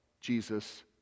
Jesus